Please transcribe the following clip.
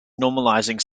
normalizing